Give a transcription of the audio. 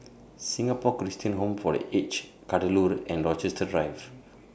Singapore Christian Home For The Aged Kadaloor and Rochester Drive